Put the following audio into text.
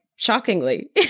Shockingly